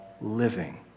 living